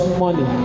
money